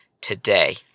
today